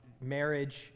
marriage